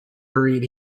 buried